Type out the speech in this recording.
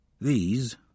These